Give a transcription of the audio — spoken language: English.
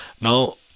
Now